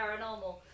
paranormal